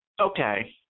Okay